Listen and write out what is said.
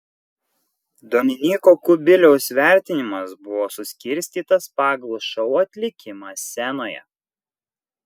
dominyko kubiliaus vertinimas buvo suskirstytas pagal šou atlikimą scenoje